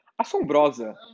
assombrosa